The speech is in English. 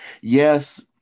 yes